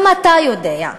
גם אתה יודע.